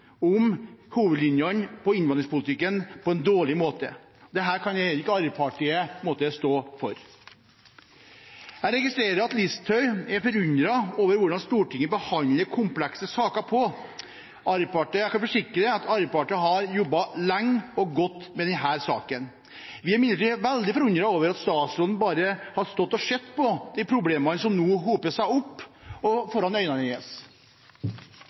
om hovedlinjene i innvandringspolitikken på en dårlig måte. Heller ikke dette kan Arbeiderpartiet stå inne for. Jeg registrerer at Listhaug er forundret over hvordan Stortinget behandler komplekse saker. Jeg kan forsikre om at Arbeiderpartiet har jobbet lenge og godt med denne saken. Vi er imidlertid veldig forundret over at statsråden bare har stått og sett på problemene som nå hoper seg opp foran